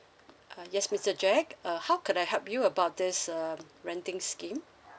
uh yes mister jack uh how could I help you about this uh renting scheme